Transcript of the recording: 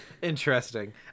Interesting